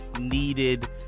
needed